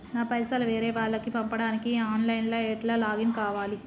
నా పైసల్ వేరే వాళ్లకి పంపడానికి ఆన్ లైన్ లా ఎట్ల లాగిన్ కావాలి?